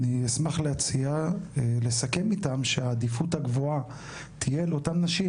אני אשמח להציע לסכם איתם שהעדיפות הגבוהה תהיה לאותן נשים,